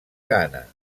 gana